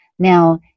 Now